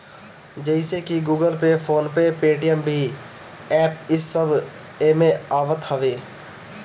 जइसे की Google Pay, PhonePe, Paytm भीम एप्प इस सब एमे आवत हवे